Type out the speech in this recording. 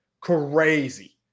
crazy